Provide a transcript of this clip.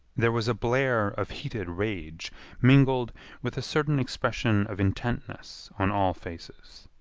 there was a blare of heated rage mingled with a certain expression of intentness on all faces.